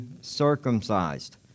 circumcised